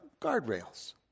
guardrails